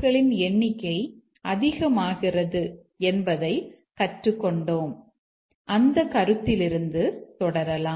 களின் எண்ணிக்கை அதிகமாகிறது என்பதை கற்றுக் கொண்டோம் அந்த கருத்திலிருந்து தொடரலாம்